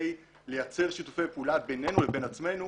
לייצר שיתופי פעולה בינינו לבין עצמנו.